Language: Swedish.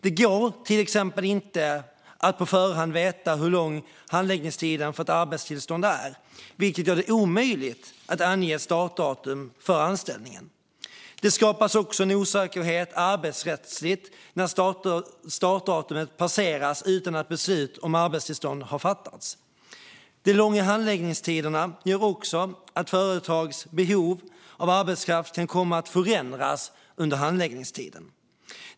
Det går till exempel inte att på förhand veta hur lång handläggningstiden för ett arbetstillstånd är, vilket gör det omöjligt att ange startdatum för anställningen. Det skapas också en osäkerhet arbetsrättsligt när startdatumet passeras utan att beslut om arbetstillstånd har fattats. De långa handläggningstiderna gör också att företags behov av arbetskraft kan komma att förändras under handläggningstiden.